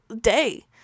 day